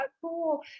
cool